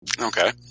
Okay